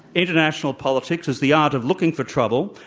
international politics, is the art of looking for trouble,